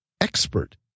expert